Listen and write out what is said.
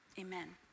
Amen